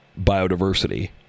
biodiversity